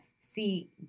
see